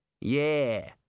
Yeah